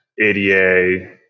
ADA